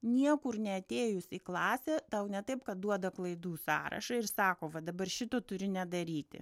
niekur neatėjus į klasė tau ne taip kad duoda klaidų sąrašą ir sako vat dabar šito turi nedaryti